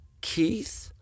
Keith